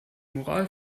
moral